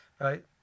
Right